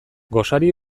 gosari